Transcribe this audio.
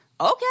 Okay